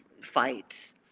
fights